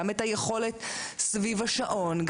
גם את היכולת סביב השעון,